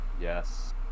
Yes